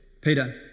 Peter